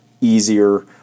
easier